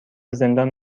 زندان